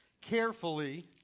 Carefully